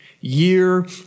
year